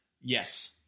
Yes